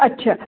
अच्छा